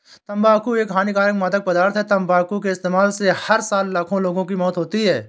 तंबाकू एक हानिकारक मादक पदार्थ है, तंबाकू के इस्तेमाल से हर साल लाखों लोगों की मौत होती है